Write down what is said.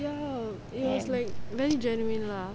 ya it was like very genuine lah